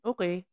Okay